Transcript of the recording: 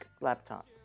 laptop